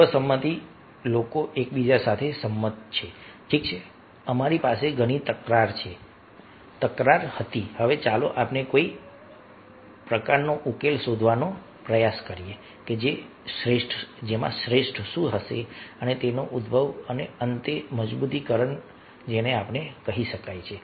સર્વસંમતિ લોકો એકબીજા સાથે સંમત છે ઠીક છે અમારી પાસે ઘણી તકરાર હતી હવે ચાલો આપણે કોઈ પ્રકારનો ઉકેલ શોધવાનો પ્રયાસ કરીએ કે શ્રેષ્ઠ શું હશે અને તેને ઉદભવ અને અંતે મજબૂતીકરણ કહેવાય છે